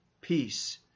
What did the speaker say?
peace